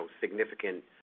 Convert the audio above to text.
significant